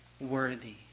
worthy